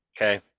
Okay